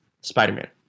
Spider-Man